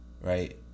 right